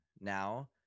now